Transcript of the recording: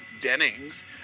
Dennings